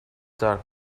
dark